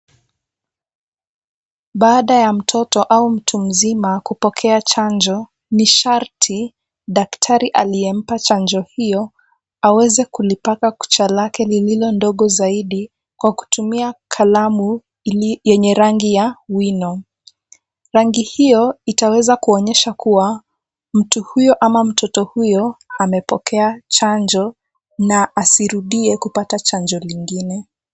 Baada ya mtoto au mtu mzima kupokea chanjo ni sharti daktari aliyempa chanjo hiyo aweze kulipaka kucha lake lililo ndogo zaidi kwa kutumia kalamu yenye rangi ya wino. Rangi hiyo itaweza kuonyesha kuwa mtu huyo ama mtoto huyo amepokea chanjo na asirudie kupata chanjo lingine.